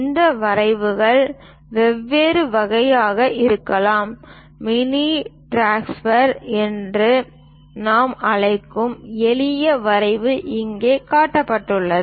இந்த வரைவுகள் வெவ்வேறு வகைகளாகவும் இருக்கலாம் மினி டிராஃப்டர் என்று நாம் அழைக்கும் எளிய வரைவு இங்கே காட்டப்பட்டுள்ளது